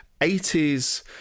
80s